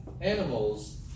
Animals